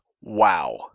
Wow